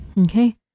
Okay